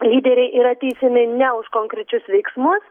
lyderiai yra teisiami ne už konkrečius veiksmus